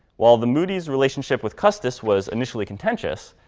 while the moody's relationship with custis was initially contentious,